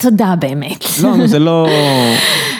תודה באמת. לא, זה לא